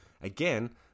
again